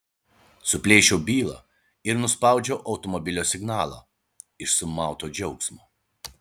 suplėšiau bylą ir nuspaudžiau automobilio signalą iš sumauto džiaugsmo